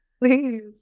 please